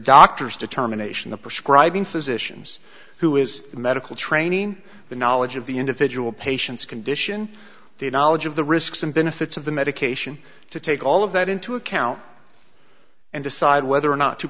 doctor's determination of prescribing physicians who is medical training the knowledge of the individual patient's condition the knowledge of the risks and benefits of the medication to take all of that into account and decide whether or not to